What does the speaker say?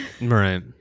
right